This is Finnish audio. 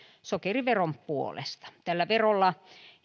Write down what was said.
sokeriveron puolesta tällä verolla